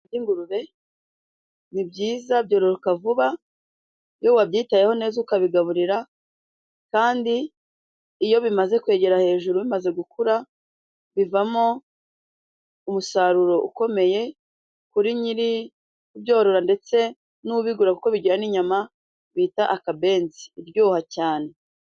...by'ingurube ni byiza byororoka vuba, iyo wabyitayeho neza ukabigaburira, kandi iyo bimaze kwegera hejuru bimaze gukura bivamo umusaruro ukomeye, kuri nyiri kubyorora ndetse n'ubigura. Kuko bigira n'inyama bita akabenzi iryoha cyane.